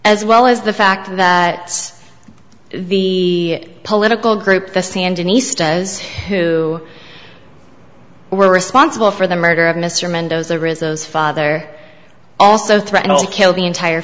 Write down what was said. as well as the fact that the political group the sandinistas who were responsible for the murder of mr mendoza rizzo's father also threatened to kill the entire